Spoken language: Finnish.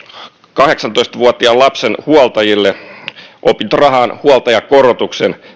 kahdeksantoista vuotiaan lapsen huoltajille opintorahaan huoltajakorotuksen